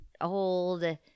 old